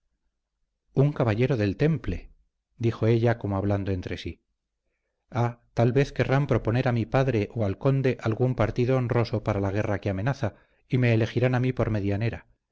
un caballero del temple dijo ella como hablando entre sí ah tal vez querrán proponer a mi padre o al conde algún partido honroso para la guerra que amenaza y me elegirán a mí por medianera